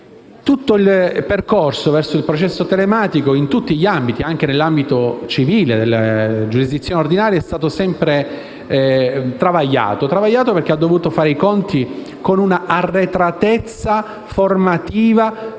Tutto il percorso verso il processo telematico, in tutti gli ambiti, anche in quello civile, di giurisdizione ordinaria, è stato sempre travagliato, perché ha dovuto fare i conti con l'arretratezza formativa